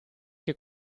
che